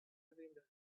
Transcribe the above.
imagined